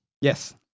Yes